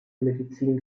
medizin